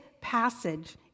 passage